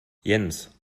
jens